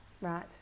Right